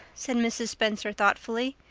said mrs. spencer thoughtfully,